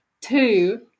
Two